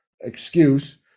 excuse